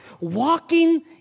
walking